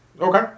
Okay